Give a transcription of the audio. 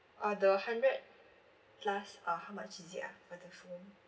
uh the hundred plus uh how much is it ah for the phone